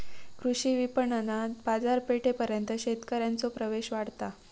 कृषी विपणणातना बाजारपेठेपर्यंत शेतकऱ्यांचो प्रवेश वाढता